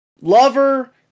lover